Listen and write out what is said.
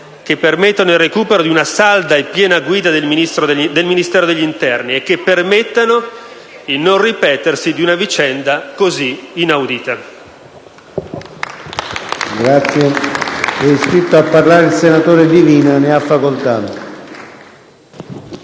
che permettano il recupero di una salda e piena guida del Ministero dell'interno e il non ripetersi di una vicenda così inaudita.